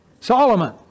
Solomon